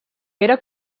era